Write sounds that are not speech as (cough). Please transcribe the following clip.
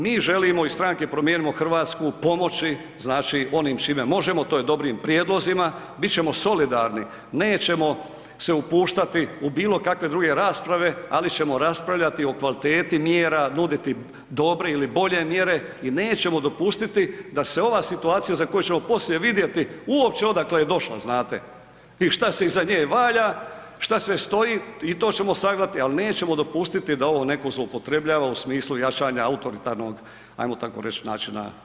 Mi želimo iz Stranke Promijenimo Hrvatsku pomoći, znači onim čime možemo, to je dobrim prijedlozima, bit ćemo solidarni, nećemo se upuštati u bilo kakve druge rasprave, ali ćemo raspravljati o kvaliteti mjera, nuditi dobre ili bolje mjere, i nećemo dopustiti da se ova situacija za koju ćemo poslije vidjeti uopće odakle je došla znate, i šta se iza nje valja, šta sve stoji, i to ćemo sagledati, ali nećemo dopustiti da ovo netko zloupotrebljava u smislu jačanja ... (unintelligible) ajmo tako reći načina vladanja.